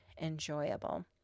enjoyable